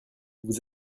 vous